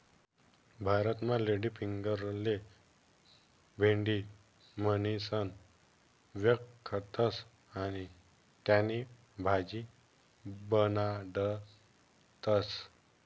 भारतमा लेडीफिंगरले भेंडी म्हणीसण व्यकखतस आणि त्यानी भाजी बनाडतस